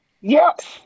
Yes